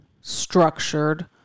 structured